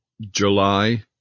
July